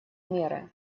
меры